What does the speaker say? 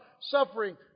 suffering